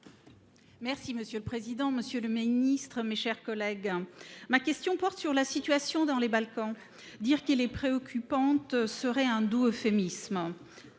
Monsieur le président, monsieur le ministre, mes chers collègues, ma question porte sur la situation dans les Balkans. Dire qu’elle est préoccupante serait un doux euphémisme…